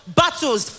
battles